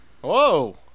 Whoa